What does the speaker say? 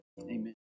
Amen